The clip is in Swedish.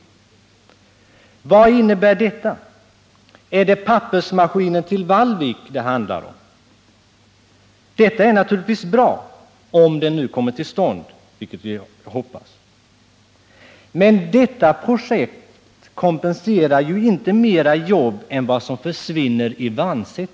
Vad innebär detta? Är det förläggandet av pappersmaskinen till Vallvik som det handlar om? Detta är naturligtvis bra — om det nu kommer till stånd, vilket vi hoppas. Men detta projekt kompenserar ju inte mera jobb än vad som försvinner i Vannsäter.